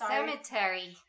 Cemetery